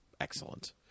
excellent